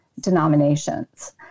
denominations